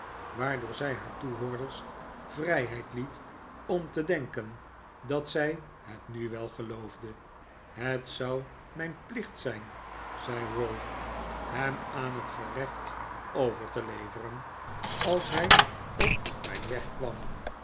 waardoor zij haar hoorders vrijheid liet om te denken dat zij het nu wel geloofde het zou mijn plicht zijn zei ralph hem aan het gerecht over te leveren als hij op mijn weg kwam